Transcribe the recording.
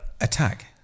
Attack